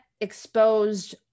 exposed